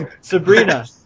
Sabrina